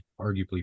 arguably